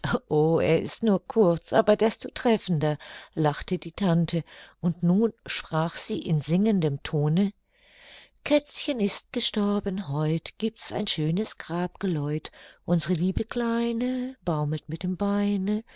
er ist nur kurz aber desto treffender lachte die tante und nun sprach sie in singendem tone kätzchen ist gestorben heut giebt's ein schönes grabgeläut unsre liebe kleine baumelt mit dem beine